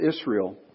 Israel